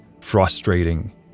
frustrating